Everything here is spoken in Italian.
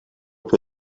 più